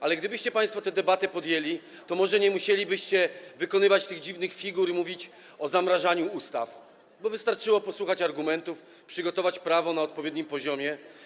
Ale gdybyście państwo tę debatę podjęli, to może nie musielibyście wykonywać tych dziwnych figur i mówić o zamrażaniu ustaw, bo wystarczyło posłuchać argumentów, przygotować prawo na odpowiednim poziomie.